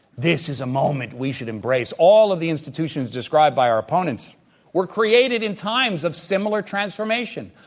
this is a moment we should embrace. all of the institutions described by our opponents were created in times of similar transformation.